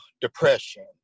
depression